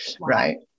right